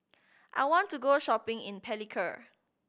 I want to go shopping in Palikir